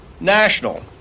national